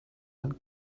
man